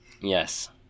Yes